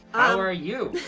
how are you?